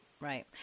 Right